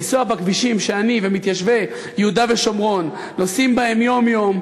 לנסוע בכבישים שאני ומתיישבי יהודה ושומרון נוסעים בהם יום-יום,